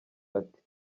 ati